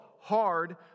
hard